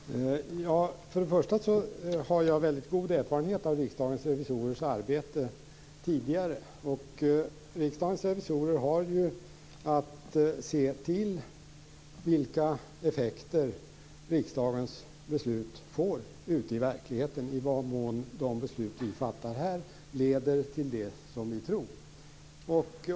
Fru talman! För det första har jag en mycket god erfarenhet av Riksdagens revisorers arbete tidigare. Riksdagens revisorer har ju att se till vilka effekter riksdagens beslut får ute i verkligheten och i vilken mån de beslut vi fattar här leder till det som vi tror.